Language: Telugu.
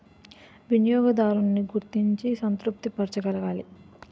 వినియోగదారున్ని గుర్తించి సంతృప్తి పరచగలగాలి